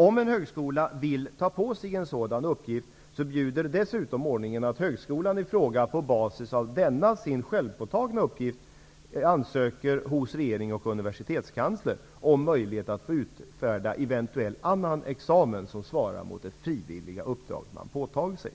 Om en högskola vill ta på sig en sådan uppgift bjuder dessutom ordningen att högskolan i fråga, på basis av denna sin självpåtagna uppgift, ansöker hos regering och universitetskansler om möjlighet att få utfärda eventuell examen som svarar mot det frivilliga uppdrag man påtagit sig.